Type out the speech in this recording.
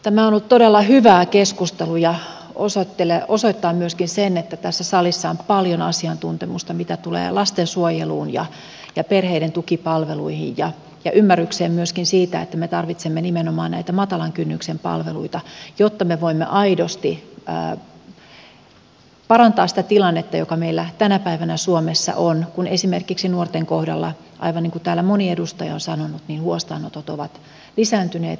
tämä on ollut todella hyvä keskustelu ja osoittaa myöskin sen että tässä salissa on paljon asiantuntemusta mitä tulee lastensuojeluun ja perheiden tukipalveluihin ja ymmärrykseen myöskin siitä että me tarvitsemme nimenomaan näitä matalan kynnyksen palveluita jotta me voimme aidosti parantaa sitä tilannetta joka meillä tänä päivänä suomessa on kun esimerkiksi nuorten kohdalla aivan niin kuin täällä moni edustaja on sanonut huostaanotot ovat lisääntyneet hälyttävästi